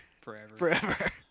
forever